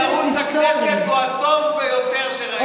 הקריאייטיב של ערוץ הכנסת הוא הטוב ביותר שראיתי.